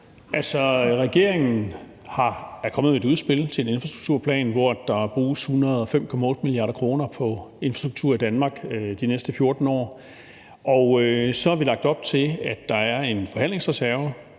regeringen er kommet med et udspil til en infrastrukturplan, hvor der bruges 105,8 mia. kr. på infrastruktur i Danmark de næste 14 år. Og så har vi lagt op til, at der er en forhandlingsreserve,